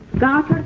god